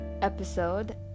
episode